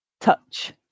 Touch